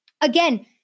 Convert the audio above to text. again